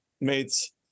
mates